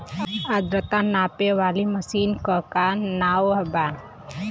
आद्रता नापे वाली मशीन क का नाव बा?